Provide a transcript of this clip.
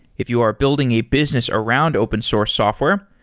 if you are building a business around open source software,